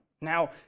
Now